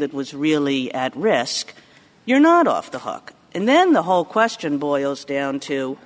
that was really at risk you're not off the hook and then the whole question boils down to